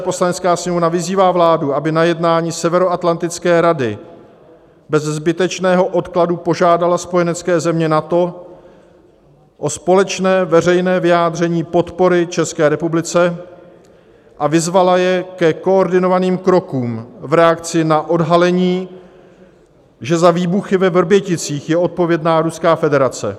Poslanecká sněmovna vyzývá vládu, aby na jednání Severoatlantické rady bez zbytečného odkladu požádala spojenecké země NATO o společné veřejné vyjádření podpory České republice a vyzvala je ke koordinovaným krokům v reakci na odhalení, že za výbuchy ve Vrběticích je odpovědná Ruská federace.